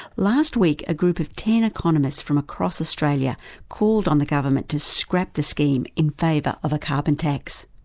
last week a group of ten economists from across australia called on the government to scrap the trading scheme in favour of a carbon tax.